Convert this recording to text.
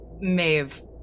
Maeve